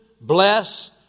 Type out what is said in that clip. Bless